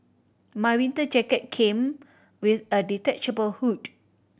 my winter jacket came with a detachable hood